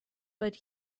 but